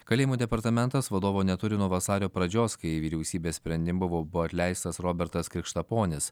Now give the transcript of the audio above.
kalėjimų departamentas vadovo neturi nuo vasario pradžios kai vyriausybės sprendimu buvo atleistas robertas krikštaponis